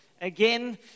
again